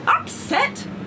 Upset